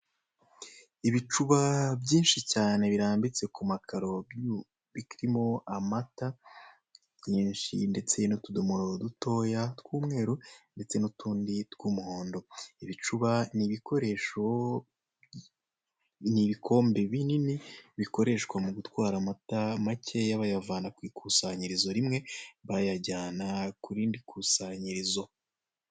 Ibicuba byinshi cyane birambitse ku makaro bikirimo amata menshi ndetse n'utudumoro dutoya tw'umweru ndetse n'utundi tw'umuhondo, ibicuba ni ibikoresho n'ibikombe binini bikoreshwa mu gutwara amatara makeya bayavana ku ikusanyirizo rimwe bayajyana ku rindi kusanyirizo.